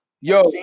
Yo